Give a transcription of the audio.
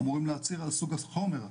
אמורים להצהיר על סוג החומר,